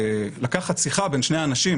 שלקחת שיחה בין שני אנשים